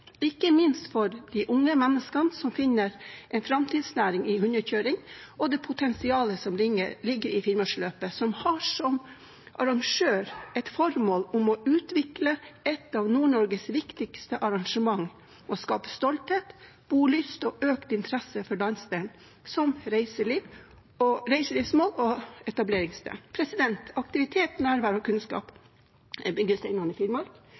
ikke minst for de unge menneskene som finner en framtidsnæring i hundekjøring, og det potensialet som ligger i Finnmarksløpet, hvor arrangøren har et formål om å utvikle et av Nord-Norges viktigste arrangement og skape stolthet, bolyst og økt interesse for landsdelen som reiselivsmål og etableringssted. Aktivitet, nærvær og kunnskap er byggestenene i Finnmark,